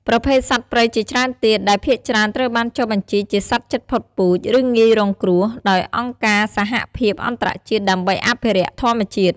ប្រភេទសត្វព្រៃជាច្រើនទៀត ដែលភាគច្រើនត្រូវបានចុះបញ្ជីជាសត្វជិតផុតពូជ ឬងាយរងគ្រោះ ដោយអង្គការសហភាពអន្តរជាតិដើម្បីអភិរក្សធម្មជាតិ។